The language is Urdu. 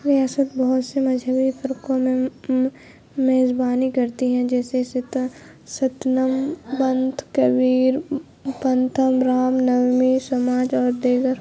ریاست بہت سے مذہبی فرقوں میں میزبانی کرتی ہیں جیسے ستنم بنتھ کبیر پنتھم رام نومی سماج اور دیگر